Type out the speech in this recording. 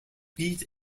wheat